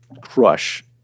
crush